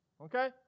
Okay